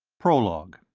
prologue